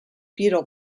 beatle